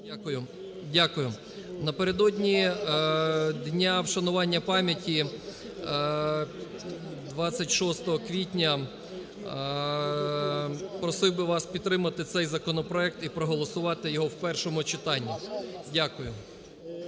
Дякую. Напередодні дня вшанування пам'яті 26 квітня просив би вас підтримати цей законопроект і проголосувати його в першому читанні. Дякую.